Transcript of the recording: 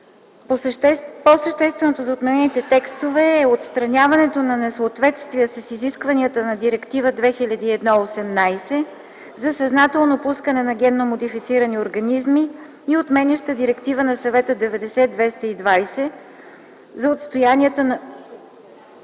По-същественото за отменените текстове е: отстраняването на несъответствия с изискванията на Директива 2001/18/ЕС за съзнателно пускане на генномодифицирани организми и отменяща директива на Съвета 90/220/ЕИО; отстоянията на